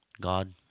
God